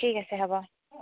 ঠিক আছে হ'ব